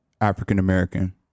african-american